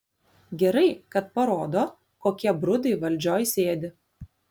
gerai kad parodo kokie brudai valdžioj sėdi